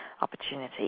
opportunity